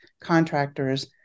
contractors